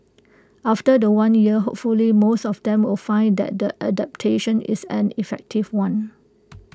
after The One year hopefully most of them will find that the adaptation is an effective one